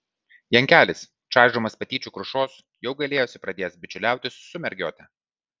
jankelis čaižomas patyčių krušos jau gailėjosi pradėjęs bičiuliautis su mergiote